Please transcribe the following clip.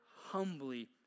humbly